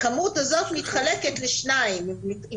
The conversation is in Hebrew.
הכמות הזאת מתחלקת לשניים, היא